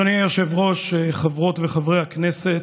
חברות וחברי הכנסת,